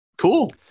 Cool